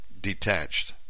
detached